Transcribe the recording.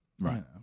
right